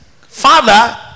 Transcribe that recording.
Father